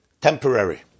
temporary